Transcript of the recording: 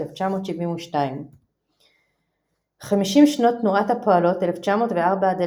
1972. חמישים שנות תנועת הפועלות 1904-1954,